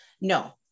No